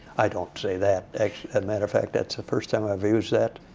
i don't say that a matter of fact, that's the first time i've used that.